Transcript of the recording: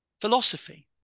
philosophy